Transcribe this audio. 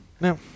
no